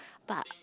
but